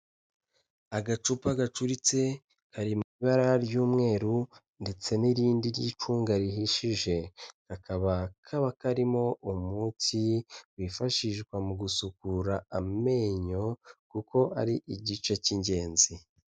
Agacupa gacuritse kari mu ibara ry'umweru ndetse n'irindi ry'icunga rihishije, kakaba kaba karimo umuti wifashishwa mu gusukura amenyo kuko ari igice k'ingenzi.